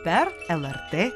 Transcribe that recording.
per el er tė